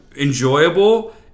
enjoyable